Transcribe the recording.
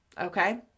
Okay